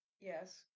Yes